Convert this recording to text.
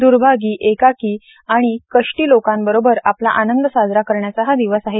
द्र्भागी एकाकी आणि कष्टी लोकांबरोबर आपला आनंद साजरा करण्याचा हा दिवस आहे